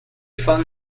flung